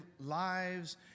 lives